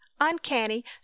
uncanny